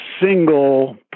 single